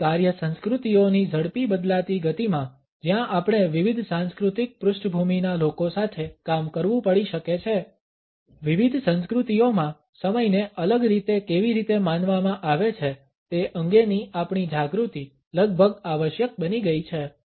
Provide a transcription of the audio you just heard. આપણી કાર્ય સંસ્કૃતિઓ ની ઝડપી બદલાતી ગતિમાં જ્યાં આપણે વિવિધ સાંસ્કૃતિક પૃષ્ઠભૂમિના લોકો સાથે કામ કરવું પડી શકે છે વિવિધ સંસ્કૃતિઓમાં સમયને અલગ રીતે કેવી રીતે માનવામાં આવે છે તે અંગેની આપણી જાગૃતિ લગભગ આવશ્યક બની ગઈ છે